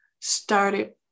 started